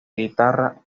guitarra